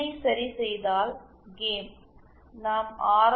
ஐ சரிசெய்தால் கேம் நாம் ஆர்